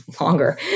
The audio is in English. longer